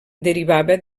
derivava